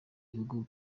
bihugu